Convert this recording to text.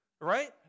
Right